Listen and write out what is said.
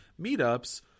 meetups